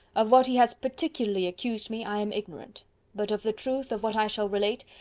of what he has particularly accused me i am ignorant but of the truth of what i shall relate,